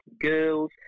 girls